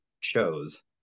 chose